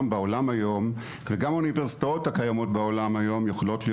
בינלאומי כי אלה לא רק אנשים שעוזבים אותך אלא הם נשארים.